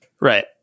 right